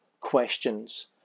questions